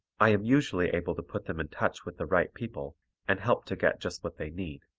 i am usually able to put them in touch with the right people and help to get just what they need.